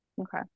Okay